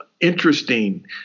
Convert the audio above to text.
interesting